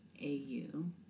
A-U